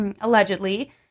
allegedly